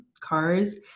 cars